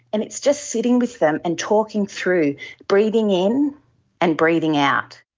and it's just sitting with them and talking through breathing in and breathing out.